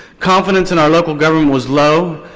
competence in our local government was low,